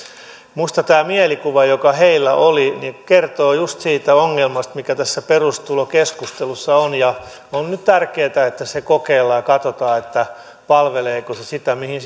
minusta tämä mielikuva joka heillä oli kertoi juuri siitä ongelmasta mikä tässä perustulokeskustelussa on ja on nyt tärkeätä että se kokeillaan ja katsotaan palveleeko se sitä mihin